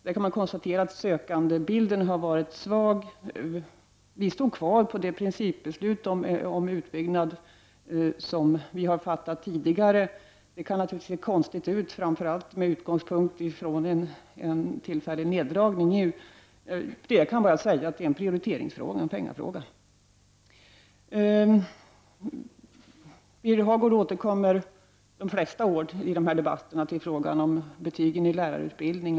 Man kan konstatera att sökandebilden har varit svag. Vi står fast vid det principbeslut om utbyggnad som vi har fattat tidigare. Det kan naturligtvis se konstigt ut, framför allt med utgångspunkt i en tillfällig neddragning. Jag kan bara säga att det är en prioriteringsfråga, en ”pengafråga”. Birger Hagård återkommer de flesta år i de här debatterna till frågan om betygen i lärarutbildningen.